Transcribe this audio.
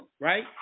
right